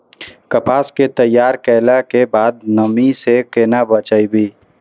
कपास के तैयार कैला कै बाद नमी से केना बचाबी?